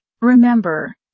Remember